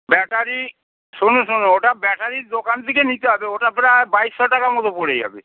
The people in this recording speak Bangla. ব্যাটারি শুনুন শুনুন ওটা ব্যাটারির দোকান থেকে নিতে হবে ওটা প্রায় বাইশো টাকা মতো পড়ে যাবে